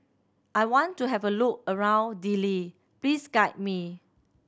I want to have a look around Dili please guide me